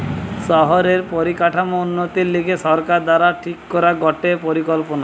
শহরের পরিকাঠামোর উন্নতির লিগে সরকার দ্বারা ঠিক করা গটে পরিকল্পনা